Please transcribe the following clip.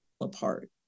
apart